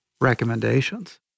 recommendations